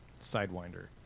Sidewinder